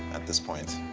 at this point.